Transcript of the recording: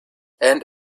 and